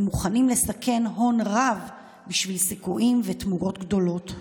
הם מוכנים לסכן הון רב בשביל סיכויים ותמורות גדולות.